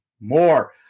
more